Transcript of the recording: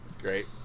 Great